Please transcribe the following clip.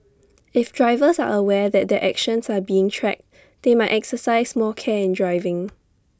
if drivers are aware that their actions are being tracked they might exercise more care in driving